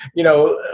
you know,